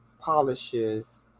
polishes